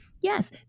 Yes